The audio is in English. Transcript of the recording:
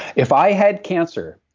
if i had cancer,